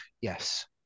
Yes